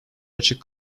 açık